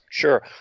Sure